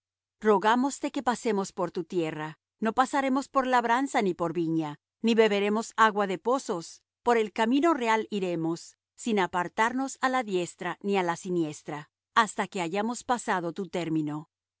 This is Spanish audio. confines rogámoste que pasemos por tu tierra no pasaremos por labranza ni por viña ni beberemos agua de pozos por el camino real iremos sin apartarnos á la diestra ni á la siniestra hasta que hayamos pasado tu término y